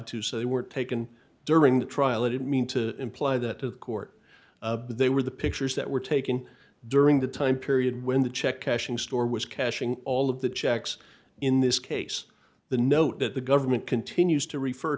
to so they were taken during the trial it mean to imply that the court they were the pictures that were taken during the time period when the check cashing store was cashing all of the checks in this case the note that the government continues to refer